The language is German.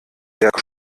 berg